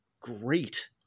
great